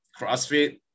CrossFit